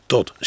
Tot